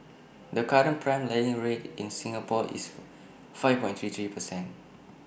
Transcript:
the current prime lending rate in Singapore is five thirty three percent